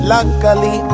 Luckily